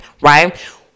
right